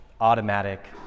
automatic